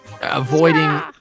avoiding